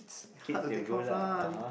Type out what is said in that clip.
hard to take care of lah